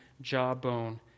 Jawbone